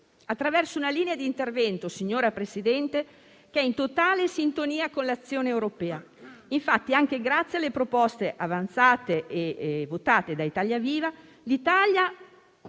attraverso una linea di intervento, signora Presidente, che è in totale sintonia con l'azione europea. Infatti, anche grazie alle proposte avanzate dall'Italia, l'Europa